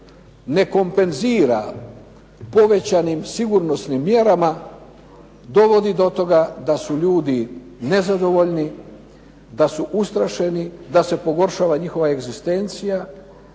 ne kompenzira povećanim sigurnosnim mjerama dovodi do toga da su ljudi nezadovoljni, da su ustrašeni, da se pogoršava njihova egzistencija,